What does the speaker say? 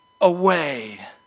away